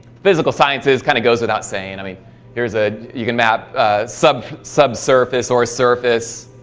physical sciences kinda goes without saying i mean there's a you can map sub subsurface or service